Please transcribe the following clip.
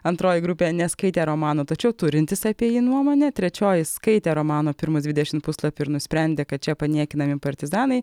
antroji grupė neskaitė romano tačiau turintys apie jį nuomonę trečioji skaitė romano pirmus dvidešimt puslapių ir nusprendė kad čia paniekinami partizanai